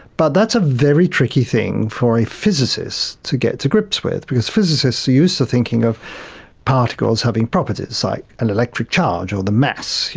but that's a very tricky thing for a physicist to get to grips with because physicists are used to thinking of particles having properties, like an electric charge or the mass. you